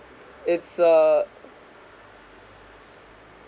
its err